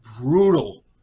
brutal